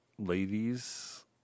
Ladies